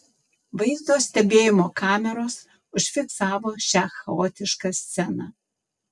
vaizdo stebėjimo kameros užfiksavo šią chaotišką sceną